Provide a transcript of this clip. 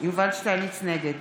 נגד